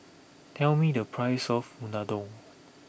tell me the price of Unadon